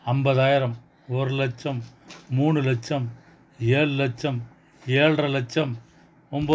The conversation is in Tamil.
ஐம்பதாயிரம் ஒரு லட்சம் மூணு லட்சம் ஏழு லட்சம் ஏல்ரை லட்சம் ஒம்போ